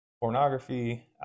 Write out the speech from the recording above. pornography